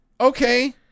Okay